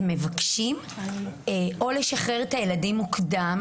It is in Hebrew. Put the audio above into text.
הם מבקשים או לשחרר את הילדים מוקדם